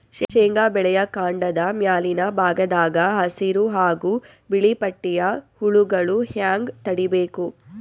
ಶೇಂಗಾ ಬೆಳೆಯ ಕಾಂಡದ ಮ್ಯಾಲಿನ ಭಾಗದಾಗ ಹಸಿರು ಹಾಗೂ ಬಿಳಿಪಟ್ಟಿಯ ಹುಳುಗಳು ಹ್ಯಾಂಗ್ ತಡೀಬೇಕು?